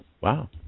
Wow